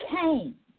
came